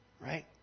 right